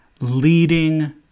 leading